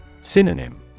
Synonym